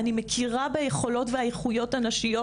אני מכירה ביכולות והאיכויות הנשיות.